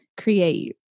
create